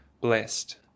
Blessed